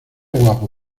guapo